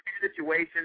situation